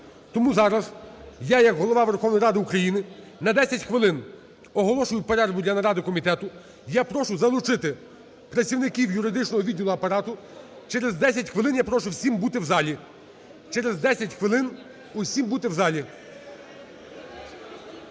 Тому зараз як Голова Верховної Ради України на 10 хвилин оголошую перерву для наради комітету. Я прошу залучити працівників юридичного відділу Апарату. Через 10 хвилин я прошу всім бути в залі,